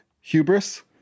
hubris